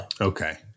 Okay